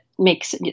makes